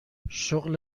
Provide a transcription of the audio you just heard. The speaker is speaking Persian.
شغل